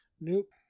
Nope